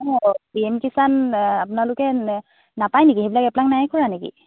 অঁ P M Kisan আপোনালোকে নাপায় নেকি সেইবিলাক এপ্লাই নাই কৰা নেকি